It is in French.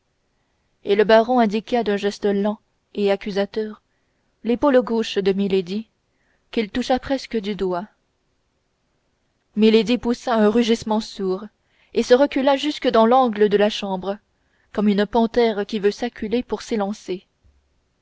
et le baron indiqua d'un geste lent et accusateur l'épaule gauche de milady qu'il toucha presque du doigt milady poussa un rugissement sourd et se recula jusque dans l'angle de la chambre comme une panthère qui veut s'acculer pour s'élancer